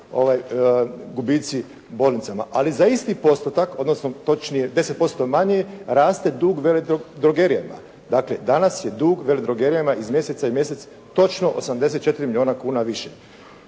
gubici u bolnicama, ali za isti postotak, odnosno točnije 10% manje raste dug veledrogerijama. Dakle, danas je dug veledrogerijama iz mjeseca u mjesec točno 84 milijuna kuna više.